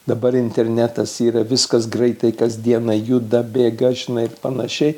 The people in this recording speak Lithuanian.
dabar internetas yra viskas greitai kasdieną juda bėga žinai ir panašiai